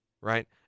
right